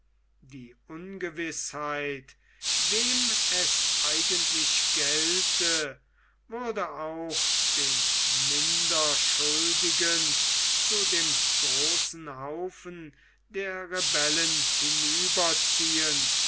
die ungewißheit wem es eigentlich gelte würde auch den minder schuldigen zu dem großen haufen der rebellen